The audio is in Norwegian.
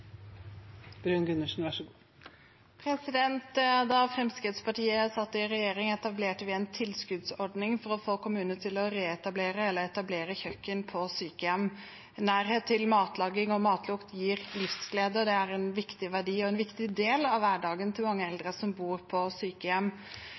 Da Fremskrittspartiet satt i regjering, etablerte vi en tilskuddsordning for å få kommuner til å reetablere eller etablere kjøkken på sykehjem. Nærhet til matlaging og matlukt gir livsglede, og det er en viktig verdi og en viktig del av hverdagen til mange